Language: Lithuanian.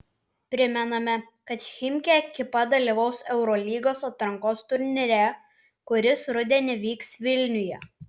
primename kad chimki ekipa dalyvaus eurolygos atrankos turnyre kuris rudenį vyks vilniuje